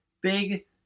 Big